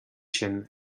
sin